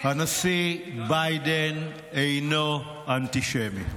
הנשיא ביידן אינו אנטישמי.